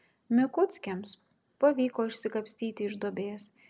mikuckiams pavyko išsikapstyti iš duobės